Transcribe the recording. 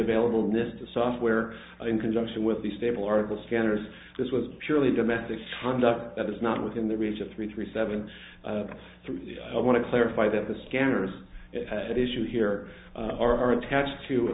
available mr software in conjunction with the stable article scanners this was purely domestic conduct that is not within the reach of three three seven three i want to clarify that the scanners at issue here are attached to a